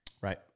Right